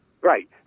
right